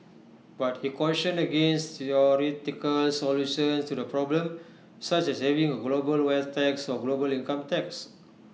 but he cautioned against theoretical solutions to the problem such as having A global wealth tax or global income tax